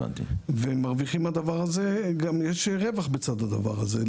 ויש גם רווח בצד הדבר הזה.